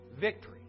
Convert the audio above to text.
victory